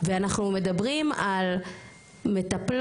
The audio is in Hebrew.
ואנחנו מדברים על מטפלות,